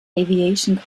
aviation